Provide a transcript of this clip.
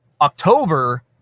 October